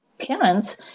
parents